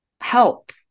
help